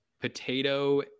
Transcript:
potato